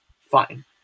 Fine